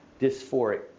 dysphoric